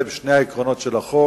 אלה הם שני העקרונות של החוק.